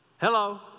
Hello